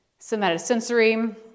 somatosensory